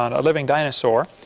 um a living dinosaur.